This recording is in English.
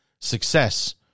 success